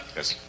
Yes